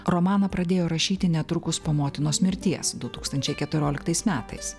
romaną pradėjo rašyti netrukus po motinos mirties du tūkstančiai keturioliktais metais